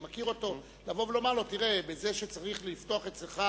אני מכיר אותו: זה שצריך לפתוח אצלך